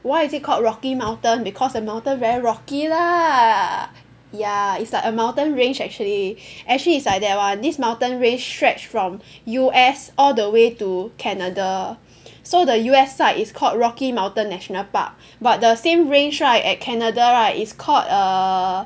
why is it called Rocky Mountain because the mountain very rocky lah ya it's like a mountain range actually actually it's like that [one] this mountain range stretch from U_S all the way to Canada so the U_S side is called Rocky Mountain national park but the same range right at Canada right is called err